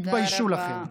תתביישו לכם.